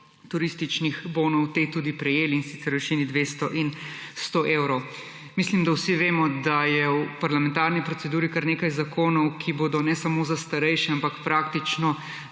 turističnih bonov le-te tudi prejeli, in sicer v višini 200 in 100 evrov. Mislim, da vsi vemo, da je v parlamentarni proceduri kar nekaj zakonov, ki bodo ne samo na starejše, ampak praktično